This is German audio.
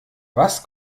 was